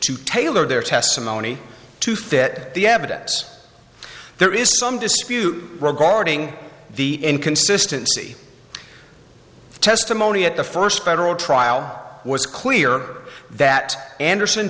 to tailor their testimony to fit the evidence there is some dispute regarding the inconsistency the testimony at the first federal trial was clear that anders